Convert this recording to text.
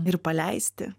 ir paleisti